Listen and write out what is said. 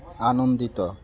ଆନନ୍ଦିତ